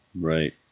Right